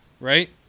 Right